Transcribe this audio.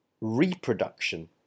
Reproduction